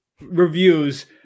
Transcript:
reviews